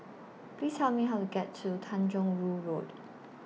Please Tell Me How to get to Tanjong Rhu Road